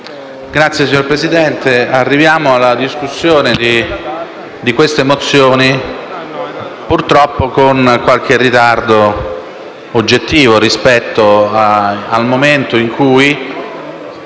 PLI))*. Signor Presidente, arriviamo alla discussione di queste mozioni purtroppo con qualche ritardo oggettivo rispetto ai lavori